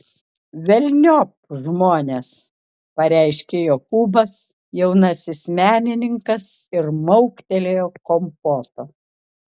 velniop žmones pareiškė jokūbas jaunasis menininkas ir mauktelėjo kompoto